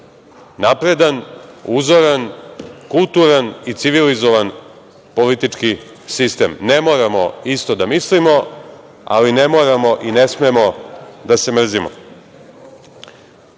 napredan, uzoran, kulturan i civilizovan politički sistem. Ne moramo isto da mislimo, ali ne moramo i ne smemo da se mrzimo. Budući